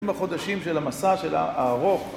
בחודשים של המסע שלה, הארוך